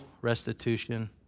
restitution